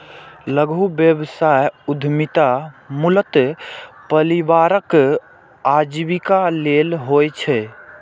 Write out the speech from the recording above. लघु व्यवसाय उद्यमिता मूलतः परिवारक आजीविका लेल होइ छै